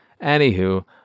anywho